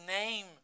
name